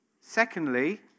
Secondly